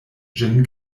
ĝin